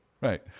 Right